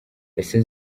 ese